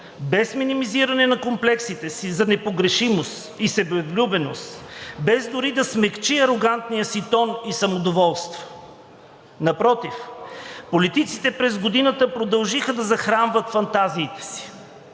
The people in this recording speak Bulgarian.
без минимизиране на комплексите си за непогрешимост и себевлюбеност, без дори да смекчи арогантния си тон и самодоволство. Напротив, политиците през годината продължиха да захранват фантазиите си,